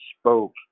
spoke